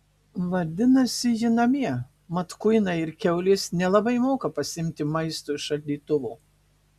vadinasi ji namie mat kuinai ir kiaulės nelabai moka pasiimti maisto iš šaldytuvo